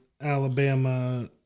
Alabama